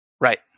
Right